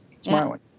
Smiling